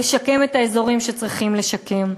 לשקם את האזורים שצריכים לשקם.